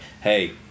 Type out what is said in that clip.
hey